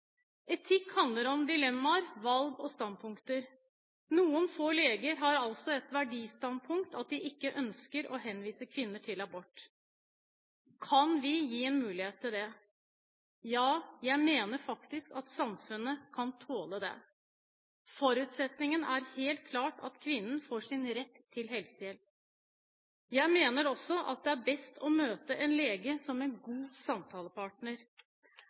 Etikk handler om dilemmaer, valg og standpunkter. Noen få leger har altså det verdistandpunkt at de ikke ønsker å henvise kvinner til abort. Kan vi gi en mulighet til det? Ja, jeg mener faktisk at samfunnet kan tåle det. Forutsetningen er helt klart at kvinnen får sin rett til helsehjelp. Jeg mener også at det er best å møte en lege som er en god samtalepartner.